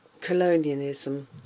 colonialism